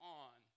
on